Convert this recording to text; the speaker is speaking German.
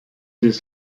ist